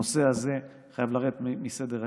הנושא הזה חייב לרדת מסדר-היום.